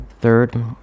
third